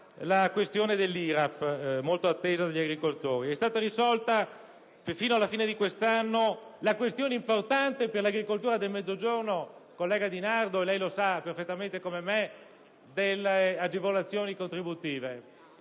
la questione dell'IRAP, quest'ultima molto attesa dagli agricoltori. È stata anche risolta fino alla fine di questo anno la questione importante per l'agricoltura del Mezzogiorno - collega di Nardo, lei lo sa perfettamente come me - delle agevolazioni contributive;